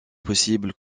possible